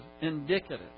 indicative